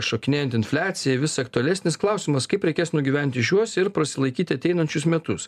šokinėjant infliacijai vis aktualesnis klausimas kaip reikės nugyventi šiuos ir prasilaikyti ateinančius metus